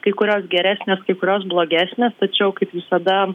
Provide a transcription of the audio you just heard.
kai kurios geresnės kai kurios blogesnės tačiau kaip visada